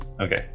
Okay